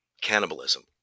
cannibalism